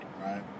right